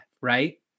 right